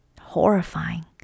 horrifying